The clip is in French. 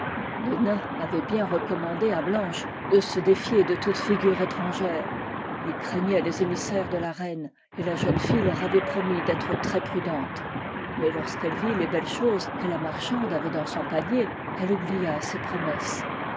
avaient bien recommandé à blanche de se défier de toute figure étrangère ils craignaient les émissaires de la reine et la jeune fille leur avait promis d'être très prudente mais lorsqu'elle vit les belles choses que la marchande avait dans son panier elle oublia ses promesses